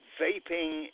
vaping